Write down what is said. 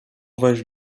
wejść